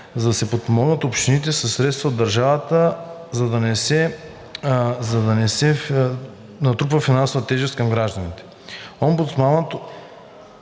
– да се подпомогнат общините със средства от държавата, за да не са финансова тежест за гражданите.